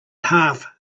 half